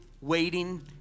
waiting